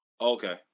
Okay